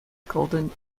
golden